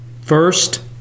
First